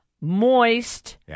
moist